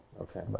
Okay